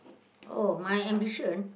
oh my ambition